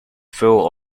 full